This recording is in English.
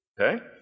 Okay